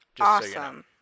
Awesome